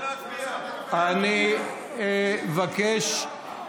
אני רוצה להצביע, אני רוצה להצביע.